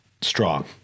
strong